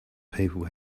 people